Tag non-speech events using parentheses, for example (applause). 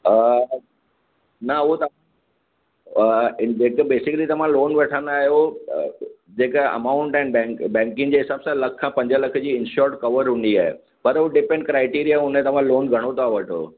न उहो त (unintelligible) जेके बेसिकली त मां लोन वठंदा आहियो जेका अमाउंट आहिनि बेंक बेंकिंग जे हिसाब सां लख पंज लख जी इन शोट कवर हूंदी आहे पर उहा डिपेंड क्राइटेरिया हुनजो तव्हां लोन घणो था वठो